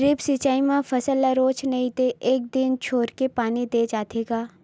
drip सिचई म फसल ल रोज नइ ते एक दिन छोरके पानी दे जाथे ग